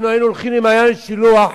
אנחנו היינו הולכים למעיין השילוח,